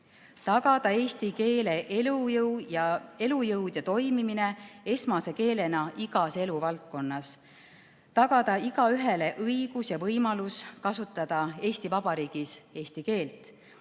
"Tagada eesti keele elujõud ja toimimine [---] esmase keelena igas eluvaldkonnas, tagada igaühele õigus ja võimalus kasutada Eesti Vabariigis eesti keelt,